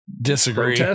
disagree